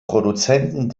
produzenten